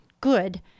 good